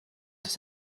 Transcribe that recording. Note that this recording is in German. des